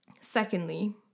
Secondly